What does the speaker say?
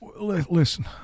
Listen